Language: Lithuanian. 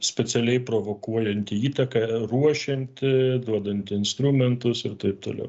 specialiai provokuojanti įtaką ruošianti duodanti instrumentus ir taip toliau